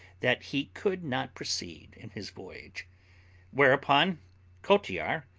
that he could not proceed in his voyage whereupon cottiar,